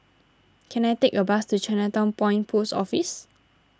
can I take a bus to Chinatown Point Post Office